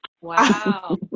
wow